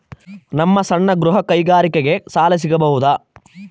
ನಮ್ಮ ಸಣ್ಣ ಗೃಹ ಕೈಗಾರಿಕೆಗೆ ಸಾಲ ಸಿಗಬಹುದಾ?